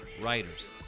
writers